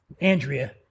Andrea